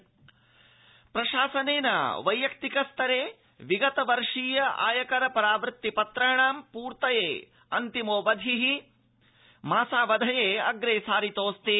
आयकर प्रशासनेन वैयक्तिक स्तरे विगत वित्तवर्षयि आयकर परावृत्ति पत्राणां पूर्तये अन्तिमोऽवधिः मासावधये अप्रेसारितोऽस्ति